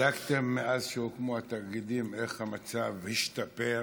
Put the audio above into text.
בדקתם מאז שהוקמו התאגידים איך המצב השתפר?